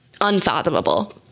unfathomable